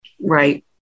Right